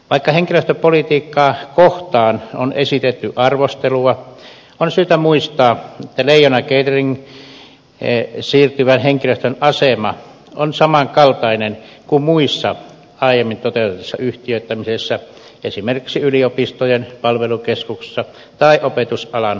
vaikka henkilöstöpolitiikkaa kohtaan on esitetty arvostelua on syytä muistaa että leijona cateringiin siirtyvän henkilöstön asema on samankaltainen kuin muissa aiemmin toteutetuissa yhtiöittämisissä esimerkiksi yliopistojen palvelukeskuksissa tai opetusalan koulutuskeskuksen tapauksessa